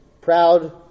proud